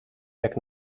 jak